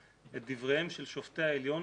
את דבריהם של שופטי העליון